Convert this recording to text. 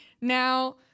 Now